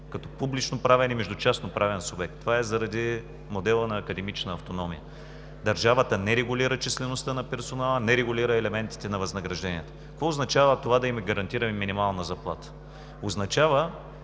между публичноправен и частноправен субект. Това е заради модела на академична автономия. Държавата не регулира числеността на персонала, не регулира елементите на възнагражденията. Какво означава това да им гарантираме минимална заплата? Означава,